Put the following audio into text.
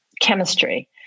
chemistry